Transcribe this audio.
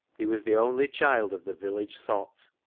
he was the only child of the village sot.